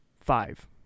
five